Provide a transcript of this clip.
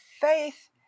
faith